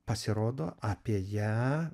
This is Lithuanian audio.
pasirodo apie ją